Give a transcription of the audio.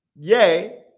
Yay